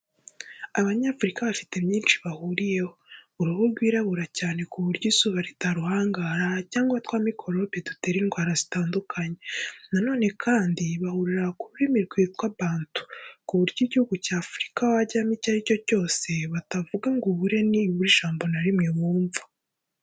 Abanyafurika bafite byinshi bahuriyeho, uruhu rwirabura cyane ku buryo izuba ritaruhangara cyangwa twa mikorobe dutera indwara zitandukanye, na none kandi bahurira ku rurimi rwitwa Bantu, ku buryo igihugu cya Afurika wajyamo icyo ari cyo cyose, batavuga ngo ubure nibura ijambo rimwe umenya.